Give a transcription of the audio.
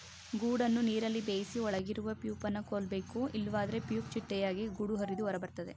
ಗೂಡನ್ನು ನೀರಲ್ಲಿ ಬೇಯಿಸಿ ಒಳಗಿರುವ ಪ್ಯೂಪನ ಕೊಲ್ಬೇಕು ಇಲ್ವಾದ್ರೆ ಪ್ಯೂಪ ಚಿಟ್ಟೆಯಾಗಿ ಗೂಡು ಹರಿದು ಹೊರಬರ್ತದೆ